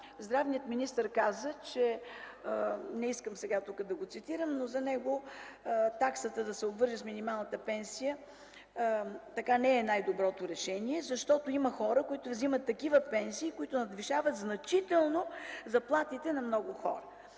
здравният министър каза – не искам сега тук да го цитирам, че за него таксата да се обвърже с минималната пенсия не е най-доброто решение, защото има хора, които вземат такива пенсии, които надвишават значително заплатите на много хора.